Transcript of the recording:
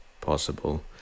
possible